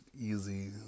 easy